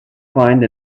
find